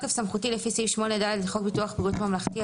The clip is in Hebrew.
סמכותי לפי סעיף 8(ד) לחוק ביטוח בריאות ממלכתי,